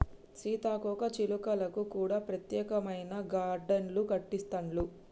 సీతాకోక చిలుకలకు కూడా ప్రత్యేకమైన గార్డెన్లు కట్టిస్తాండ్లు